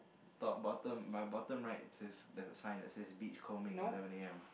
top bottom my bottom right it says there's a sign that says beach combing eleven a_m